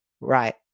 right